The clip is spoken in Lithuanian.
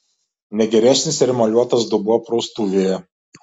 ne geresnis ir emaliuotas dubuo praustuvėje